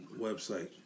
website